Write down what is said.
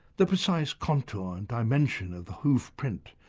the precise contour and dimension of the hoof print,